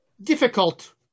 difficult